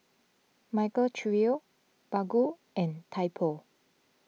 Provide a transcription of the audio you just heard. Michael Trio Baggu and Typo